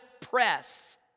press